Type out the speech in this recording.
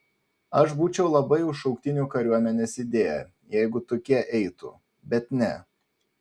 aš būčiau labai už šauktinių kariuomenės idėją jeigu tokie eitų bet ne